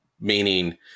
meaning